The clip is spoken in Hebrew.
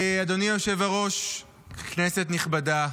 תודה.